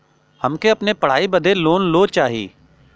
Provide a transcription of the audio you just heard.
हमके अपने पढ़ाई बदे लोन लो चाही?